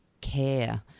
care